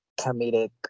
comedic